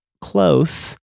close